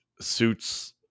suits